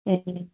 ए